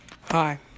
Hi